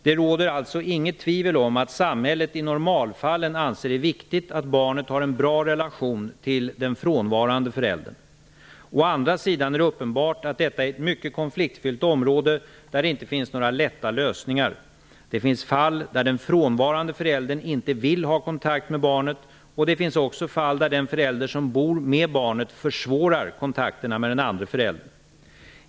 Det råder alltså inget tvivel om att samhället i normalfallen anser det viktigt att barnet har en bra relation till den frånvarande föräldern. Å andra sidan är det uppenbart att detta är ett mycket konfliktfyllt område där det inte finns några lätta lösningar. Det finns fall där den frånvarande föräldern inte vill ha kontakt med barnet, och det finns också fall där den förälder som bor med barnet försvårar kontakterna med den andre föräldern.